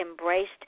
embraced